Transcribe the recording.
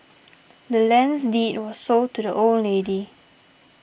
the land's deed was sold to the old lady